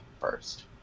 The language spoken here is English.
first